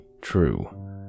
true